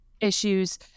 issues